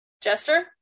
Jester